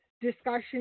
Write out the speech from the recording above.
discussion